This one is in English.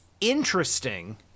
interesting